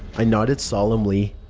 i nodded solemnly.